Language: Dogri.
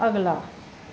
अगला